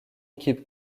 équipe